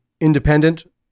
independent